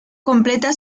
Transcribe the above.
completa